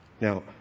Now